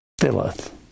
Filleth